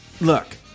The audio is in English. Look